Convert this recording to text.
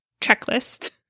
checklist